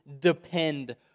depend